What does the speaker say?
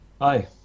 hi